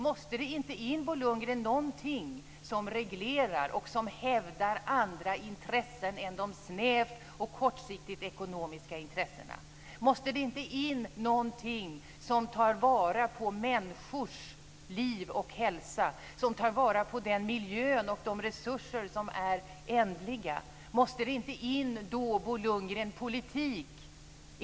Måste det inte in, Bo Lundgren, någonting som reglerar och som hävdar andra intressen än de snävt och kortsiktigt ekonomiska intressena? Måste det inte in någonting som tar vara på människors liv och hälsa, som tar vara på den miljö och de resurser som är ändliga? Måste det inte in politik?